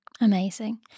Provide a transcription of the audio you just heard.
Amazing